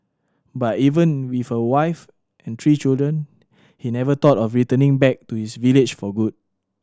but even with a wife and three children he never thought of returning back to his village for good